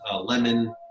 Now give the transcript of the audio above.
lemon